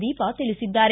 ದೀಪಾ ತಿಳಿಸಿದ್ದಾರೆ